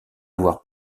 avoir